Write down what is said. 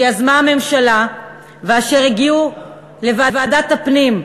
שיזמה הממשלה ואשר הגיעו לוועדת הפנים,